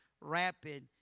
rapid